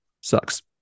sucks